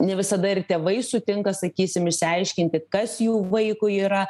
ne visada ir tėvai sutinka sakysim išsiaiškinti kas jų vaikui yra